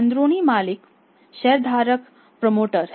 अंदरूनी मालिक शेयरधारक प्रमोटर हैं